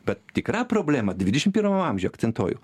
bet tikra problema dvidešim primam amžiuj akcentuoju